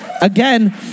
again